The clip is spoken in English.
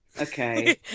okay